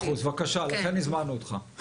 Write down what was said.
בבקשה, לכן הזמנו אותך.